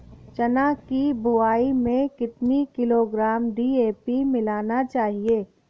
चना की बुवाई में कितनी किलोग्राम डी.ए.पी मिलाना चाहिए?